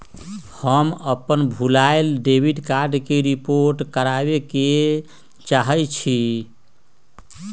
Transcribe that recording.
हम अपन भूलायल डेबिट कार्ड के रिपोर्ट करावे के चाहई छी